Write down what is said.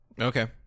Okay